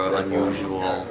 unusual